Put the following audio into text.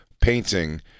painting